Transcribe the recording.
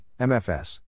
MFS